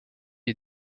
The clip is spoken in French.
est